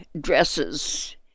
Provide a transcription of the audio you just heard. dresses